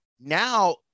Now